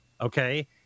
Okay